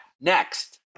next